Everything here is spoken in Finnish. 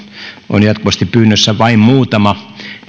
on jatkuvasti pyynnössä vain muutama